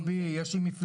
לא בי, יש לי מפלגה.